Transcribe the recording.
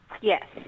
Yes